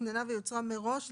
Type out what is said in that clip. "שתוכננה ויוצרה מראש"?